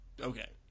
Okay